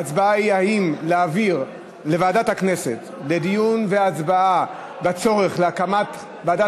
ההצבעה היא אם להעביר לוועדת הכנסת לדיון את הצורך בהקמת ועדת